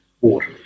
water